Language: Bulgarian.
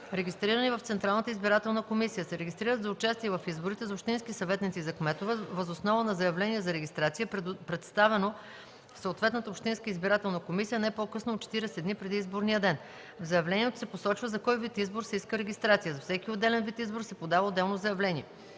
регистрирани в Централната избирателна комисия, се регистрират за участие в изборите за общински съветници и за кметове въз основа на заявление за регистрация, представено в съответната общинска избирателна комисия не по-късно от 40 дни преди изборния ден. В заявлението се посочва за кой вид избор се иска регистрация. За всеки отделен вид избор се подава отделно заявление.